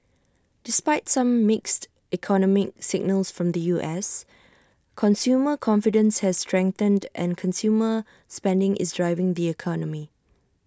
despite some mixed economic signals from the U S consumer confidence has strengthened and consumer spending is driving the economy